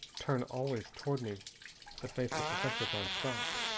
turn always toward me the face of professor van stopp?